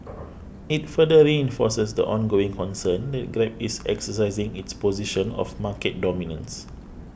it further reinforces the ongoing concern that Grab is exercising its position of market dominance